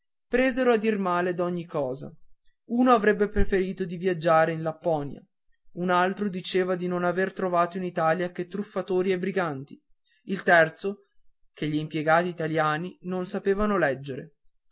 presero a dir male d'ogni cosa uno avrebbe preferito di viaggiare in lapponia un altro diceva di non aver trovato in italia che truffatori e briganti il terzo che gl'impiegati italiani non sanno leggere